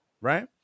right